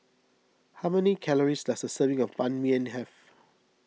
how many calories does a serving of Ban Mian have